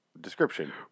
description